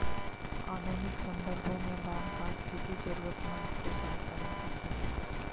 आधुनिक सन्दर्भों में दान का अर्थ किसी जरूरतमन्द को सहायता में कुछ देना है